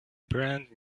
brand